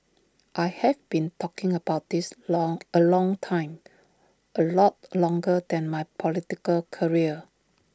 I have been talking about this long A long time A lot longer than my political career